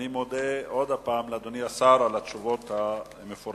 אני מודה שוב לאדוני השר על התשובות המפורטות,